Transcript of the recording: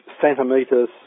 centimeters